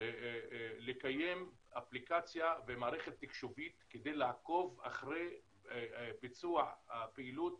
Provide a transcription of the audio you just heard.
לקיים אפליקציה ומערכת תקשובית כדי לעקוב אחרי ביצוע הפעילות